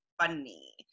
funny